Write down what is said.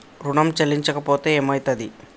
ఋణం చెల్లించకపోతే ఏమయితది?